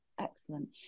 Excellent